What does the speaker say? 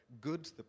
good